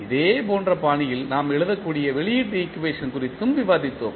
இதேபோன்ற பாணியில் நாம் எழுதக்கூடிய வெளியீட்டு ஈக்குவேஷன் குறித்தும் விவாதித்தோம்